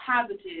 positive